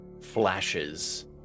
flashes